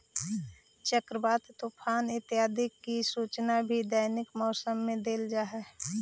चक्रवात, तूफान इत्यादि की सूचना भी दैनिक मौसम में देल जा हई